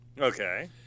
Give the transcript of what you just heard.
Okay